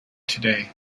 today